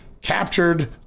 captured